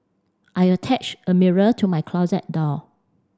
I attach a mirror to my closet door